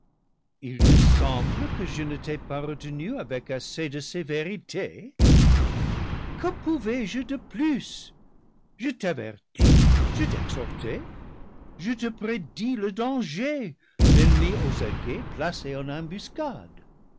il te semble que je ne t'ai pas retenue avec assez de sévérité que pouvais-je de plus je t'avertis je t'exhortai je te prédis le danger l'en nemi aux aguets placé en